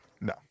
No